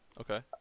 Okay